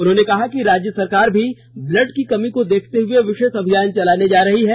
उन्होंने कहा कि राज्य सरकार भी ब्लड की कमी को लेकर विशेष अभियान चलाने जा रही है